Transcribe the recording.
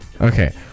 Okay